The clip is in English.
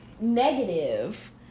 negative